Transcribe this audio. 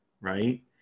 right